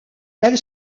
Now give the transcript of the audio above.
elle